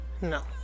No